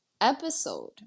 episode